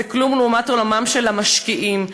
זה כלום לעומת עולמם של המשקיעים.